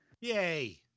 yay